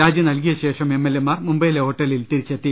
രാജി നൽകിയ ശേഷം എംഎൽഎമാർ മുംബൈയിലെ ഹോട്ടലിൽ തിരിച്ചെത്തി